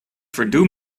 verdoe